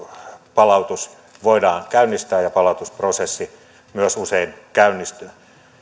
palautus voidaan käynnistää ja palautusprosessi myös usein käynnistyy